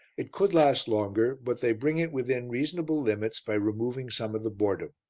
it could last longer, but they bring it within reasonable limits by removing some of the boredom.